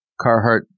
Carhartt